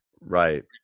right